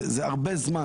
זה הרבה זמן.